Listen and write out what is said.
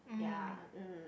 ya um